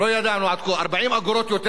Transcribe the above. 40 אגורות יותר ממה שקיים עכשיו.